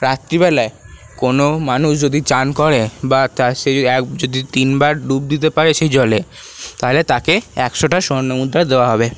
রাত্রিবেলায় কোনো মানুষ যদি চান করে বা তার সে যদি তিনবার ডুব দিতে পারে সেই জলে তাহলে তাকে একশোটা স্বর্ণমুদ্রা দেওয়া হবে